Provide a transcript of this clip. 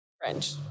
French